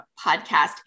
Podcast